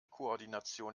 koordination